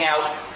out